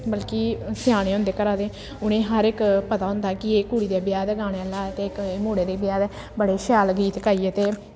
बल्कि स्याने होंदे घरा दे उ'नें गी हर इक पता होंदा कि एह् कुड़ी दे ब्याह् दा गाने आह्ला ऐ ते इक एह् मुड़े दे ब्याह् दा बड़े शैल गीत गाइयै ते